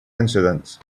incidents